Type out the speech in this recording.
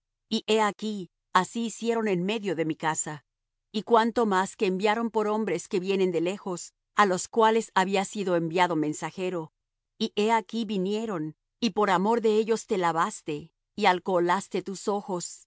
y he aquí así hicieron en medio de mi casa y cuanto más que enviaron por hombres que vienen de lejos á los cuales había sido enviado mensajero y he aquí vinieron y por amor de ellos te lavaste y alcoholaste tus ojos